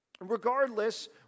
Regardless